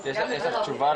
אבל יש מדדים מעבר לנתונים,